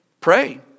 Pray